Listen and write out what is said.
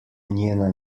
njena